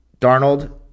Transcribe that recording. Darnold